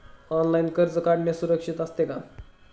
Online कर्ज काढणे सुरक्षित असते का?